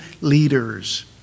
leaders